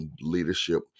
leadership